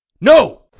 No